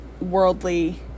worldly